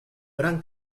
gran